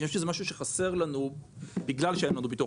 כי יש איזה משהו שחסר לנו בגלל שאין לנו ביטוח